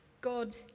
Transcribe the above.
God